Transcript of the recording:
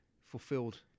fulfilled